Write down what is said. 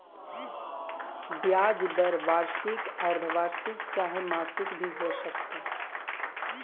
ब्याज दर वार्षिक, अर्द्धवार्षिक चाहे मासिक भी हो सकता